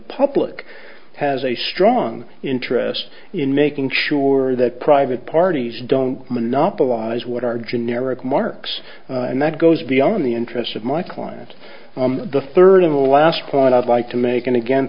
public has a strong interest in making sure that private parties don't monopolize what are generic marks and that goes beyond the interests of my client the third and last point i'd like to make and again